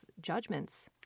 judgments